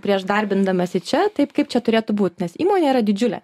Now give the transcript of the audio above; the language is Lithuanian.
prieš darbindamasi čia taip kaip čia turėtų būt nes įmonė yra didžiulė